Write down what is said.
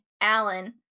Alan